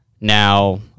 now